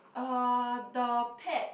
uh the pet